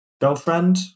girlfriend